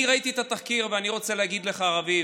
אני ראיתי את התחקיר, ואני רוצה להגיד לך, רביב,